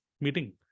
meeting